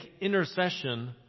intercession